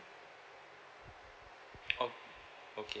o~ okay